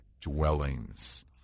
dwellings